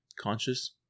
conscious